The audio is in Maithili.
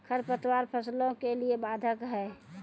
खडपतवार फसलों के लिए बाधक हैं?